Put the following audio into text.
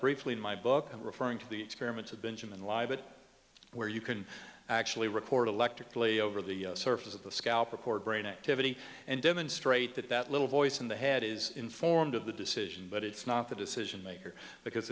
briefly in my book and referring to the experiments have been jamin live but where you can actually record electrically over the surface of the scalp record brain activity and demonstrate that that little voice in the head is informed of the decision but it's not the decision maker because